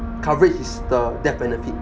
coverage is the death benefit